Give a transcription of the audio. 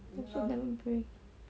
also never bring